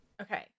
Okay